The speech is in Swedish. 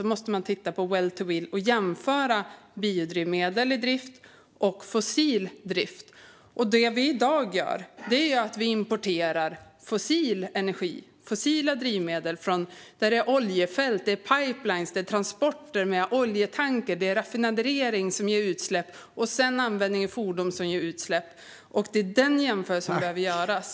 Då måste man titta på well to wheel och jämföra biodrivmedel i drift och fossil drift. Det vi gör i dag är att vi importerar fossil energi. Det är fossila drivmedel. Det är oljefält, pipelines, transporter med oljetanker och raffinering som ger utsläpp. Sedan används de i fordon som ger utsläpp. Det är den jämförelsen som behöver göras.